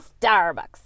Starbucks